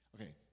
okay